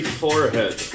forehead